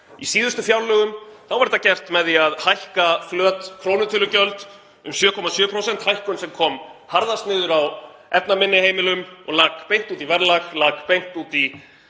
Í síðustu fjárlögum var þetta gert með því að hækka flöt krónutölugjöld um 7,7%; hækkun sem kom harðast niður á efnaminni heimilum og lak beint út í verðlag, lak beint út í